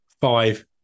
five